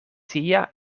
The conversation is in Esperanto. tia